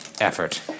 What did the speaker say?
effort